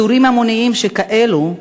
פיטורים המוניים כאלה,